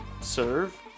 serve